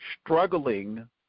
struggling